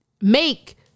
make